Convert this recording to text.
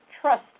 trust